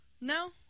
No